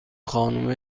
خانم